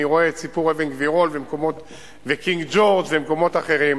אני רואה את סיפור אבן-גבירול וקינג-ג'ורג' ומקומות אחרים.